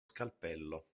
scalpello